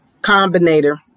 Combinator